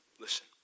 Listen